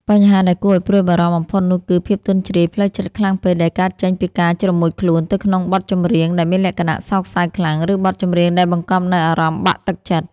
បញ្ហាដែលគួរឱ្យព្រួយបារម្ភបំផុតនោះគឺ ភាពទន់ជ្រាយផ្លូវចិត្តខ្លាំងពេក ដែលកើតចេញពីការជ្រមុជខ្លួនក្នុងបទចម្រៀងដែលមានលក្ខណៈសោកសៅខ្លាំង ឬបទចម្រៀងដែលបង្កប់នូវអារម្មណ៍បាក់ទឹកចិត្ត។